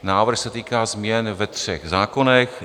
Návrh se týká změn ve třech zákonech.